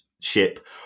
ship